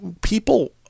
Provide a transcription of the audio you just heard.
people